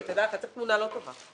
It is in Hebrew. שתדע לך, זאת תמונה לא טובה.